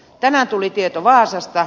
tänään tuli tieto vaasasta